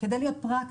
כדי להיות פרקטיים,